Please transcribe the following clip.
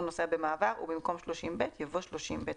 נוסע במעבר" ובמקום "30(ב)" יבוא "30(ב1)".